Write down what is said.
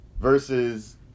versus